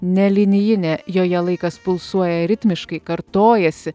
nelinijinė joje laikas pulsuoja ritmiškai kartojasi